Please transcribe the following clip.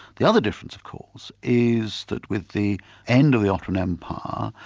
the other difference of course is that with the end of the ottoman empire,